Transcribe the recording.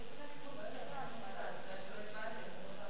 אין מה לעשות.